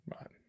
Right